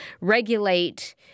regulate